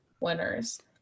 winners